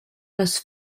les